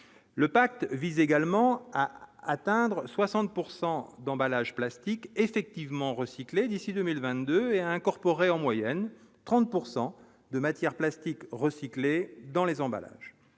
le pacte vise également à atteindre 60 pourcent d'emballages plastique effectivement recyclés d'ici 2000 22 et incorporé en moyenne 30 pourcent de matière plastique recyclée dans les emballages,